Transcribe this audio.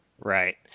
Right